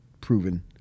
proven